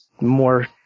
more